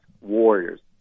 Warriors